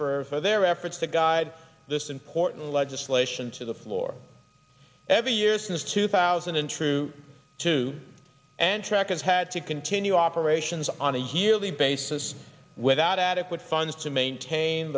effort for their efforts to guide this important legislation to the floor every year since two thousand and true to and track and had to continue operations on a yearly basis without adequate funds to maintain